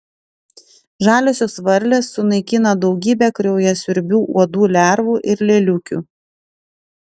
žaliosios varlės sunaikina daugybę kraujasiurbių uodų lervų ir lėliukių